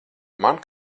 man